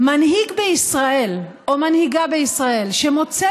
מנהיג בישראל או מנהיגה בישראל שמוצא